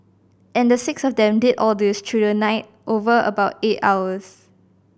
and the six of them did all this through the night over about eight hours